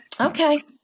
okay